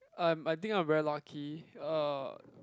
um I think I'm very lucky uh